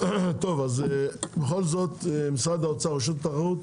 טוב אז בכל זאת משרד האוצר רשות התחרות